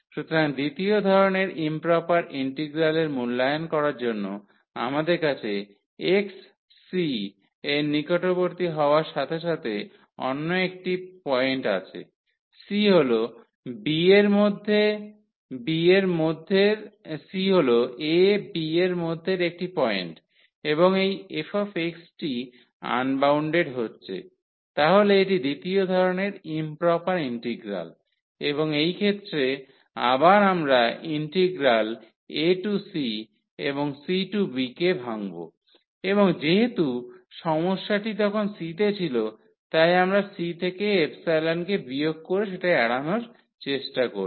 সুতরাং দ্বিতীয় ধরণের ইম্প্রপার ইন্টিগ্রালের মূল্যায়ন করার জন্য আমাদের কাছে x c এর নিকটবর্তী হওয়ার সাথে সাথে অন্য একটি পয়েন্ট আছে c হল a b এর মধ্যের একটি পয়েন্ট এবং এই fx টি আনবাউন্ডেড হচ্ছে তাহলে এটি দ্বিতীয় ধরণের ইম্প্রপার ইন্টিগ্রাল এবং এই ক্ষেত্রে আবার আমরা ইন্টিগ্রাল a টু c এবং c টু b কে ভাঙব এবং যেহেতু সমস্যাটি তখন c তে ছিল তাই আমরা c থেকে কে বিয়োগ করে সেটা এড়ানোর চেষ্টা করব